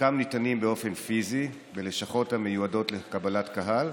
חלקם ניתנים באופן פיזי בלשכות המיועדות לקבלת קהל,